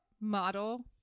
model